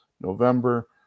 November